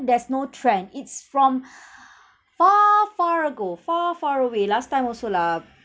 there's no trend it's from far far ago far far away last time also lah